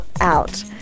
out